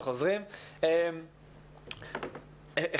אחד